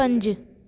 पंज